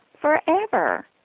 forever